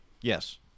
Yes